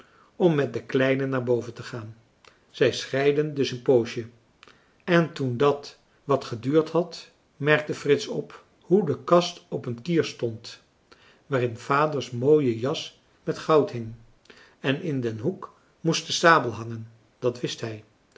om met de kleinen naar boven te gaan zij schreiden dus een poosje en toen dat wat geduurd had merkte frits op hoe de kast op een kier stond waarin vaders mooie jas met goud hing en in den hoek moest de sabel hangen dat wist hij